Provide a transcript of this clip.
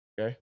Okay